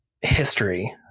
history